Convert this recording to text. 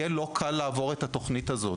יהיה לא קל לעבור את התכנית הזאת,